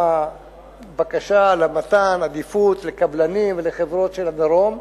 בקשה למתן עדיפות לקבלנים ולחברות של הדרום.